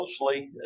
mostly